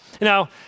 Now